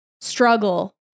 struggle